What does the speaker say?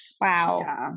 Wow